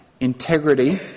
integrity